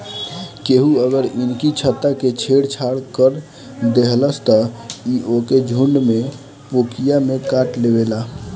केहू अगर इनकी छत्ता से छेड़ छाड़ कर देहलस त इ ओके झुण्ड में पोकिया में काटलेवेला